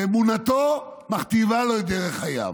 שאמונתו מכתיבה לו את דרך חייו.